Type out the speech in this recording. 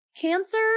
cancer